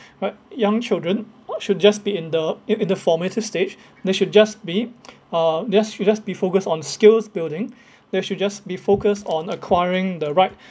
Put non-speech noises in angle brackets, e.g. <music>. but young children <noise> should just be in the in in the formative stage they should just be uh just be just be focused on skills building they should just be focused on acquiring the right